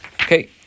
Okay